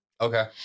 Okay